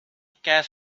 gas